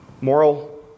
Moral